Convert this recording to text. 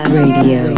radio